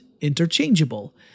interchangeable